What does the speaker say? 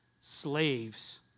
Slaves